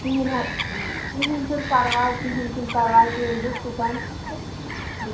کِہیٖنٛۍ ہہ کِہیٖنٛۍ چھُنہٕ پَرواے کِہیٖنٛۍ چھُنہٕ پَرواے تُہۍ أنۍزیو صُبحَن تہٕ بہٕ